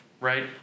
right